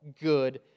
good